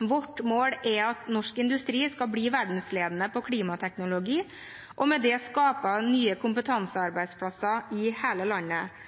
Vårt mål er at norsk industri skal bli verdensledende på klimateknologi og med det skape nye kompetansearbeidsplasser i hele landet.